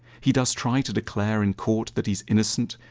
he does try to declare in court that he's innocent,